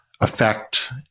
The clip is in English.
affect